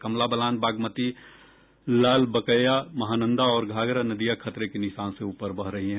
कमला बलान बागमती ललबकैया महानंदा और घाघरा नदियां खतरे के निशान से ऊपर बह रही है